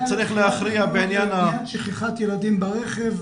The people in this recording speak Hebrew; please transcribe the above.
שצריך להכריע בעניין --- הוועדה לעניין שכחת ילדים ברכב,